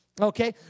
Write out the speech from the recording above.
Okay